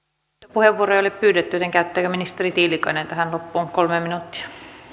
puheenvuoroja ei ole pyydetty joten käyttääkö ministeri tiilikainen tähän loppuun kolme minuuttia arvoisa